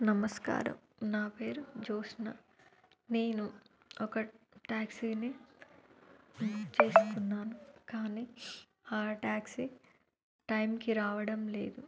నమస్కారం నా పేరు జోత్స్న నేను ఒక టాక్సీని బుక్ చేసుకున్నాను కానీ ఆ టాక్సీ టైమ్కి రావడం లేదు